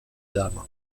dame